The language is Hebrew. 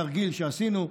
פספסת את התרגיל שעשינו,